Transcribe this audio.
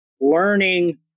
learning